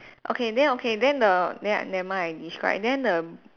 okay then okay then the then never mind I describe then the